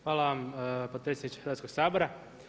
Hvala vam potpredsjedniče Hrvatskog sabora.